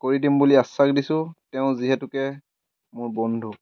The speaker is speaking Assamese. কৰি দিম বুলি আশ্বাস দিছোঁ তেওঁ যিহেতুকে মোৰ বন্ধু